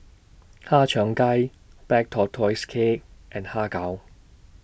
Har Cheong Gai Black Tortoise Cake and Har Kow